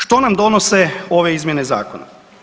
Što nam donose ove izmjene zakona?